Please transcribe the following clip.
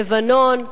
לבנון.